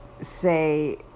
say